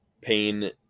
Pain